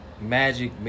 magic